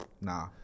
nah